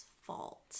fault